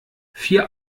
vier